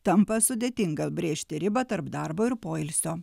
tampa sudėtinga brėžti ribą tarp darbo ir poilsio